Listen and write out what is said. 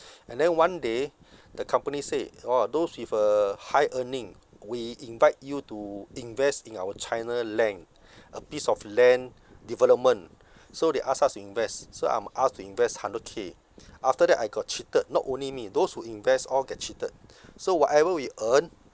and then one day the company say orh those with a high earning we invite you to invest in our china land a piece of land development so they asked us to invest so I'm asked to invest hundred k after that I got cheated not only me those who invest all get cheated so whatever we earn